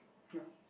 no